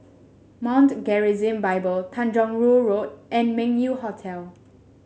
Mount Gerizim Bible Tanjong Rhu Road and Meng Yew Hotel